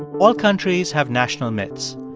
all countries have national myths.